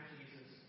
Jesus